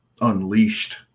unleashed